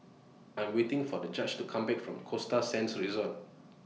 I Am waiting For The Judge to Come Back from Costa Sands Resort